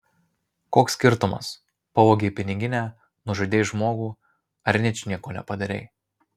koks skirtumas pavogei piniginę nužudei žmogų ar ničnieko nepadarei